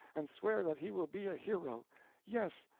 and swear that he will be a hero yes,